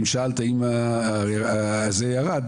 שאלת אם זה ירד,